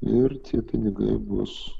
ir tie pinigai bus